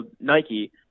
Nike